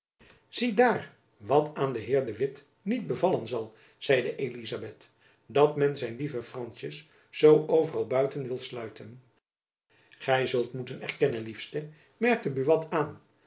zie daar wat aan den heer de witt niet bevallen zal zeide elizabeth dat men zijn lieve franschjens zoo overal buiten wil sluiten gy zult moeten erkennen liefste merkte buat aan